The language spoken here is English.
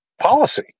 policy